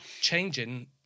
changing